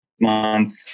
month